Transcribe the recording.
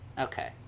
Okay